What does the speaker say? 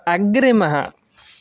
अग्रिमः